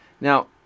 Now